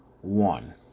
one